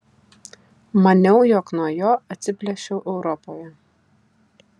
maniau jog nuo jo atsiplėšiau europoje